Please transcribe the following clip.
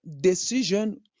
decision